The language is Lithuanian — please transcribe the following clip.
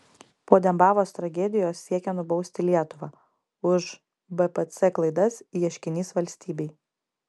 po dembavos tragedijos siekia nubausti lietuvą už bpc klaidas ieškinys valstybei